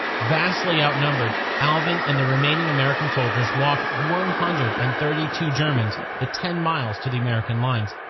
vastly outnumbered, alvin and the remaining american soldiers walked one hundred and thirty two germans the ten miles to the american lines.